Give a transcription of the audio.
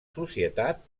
societat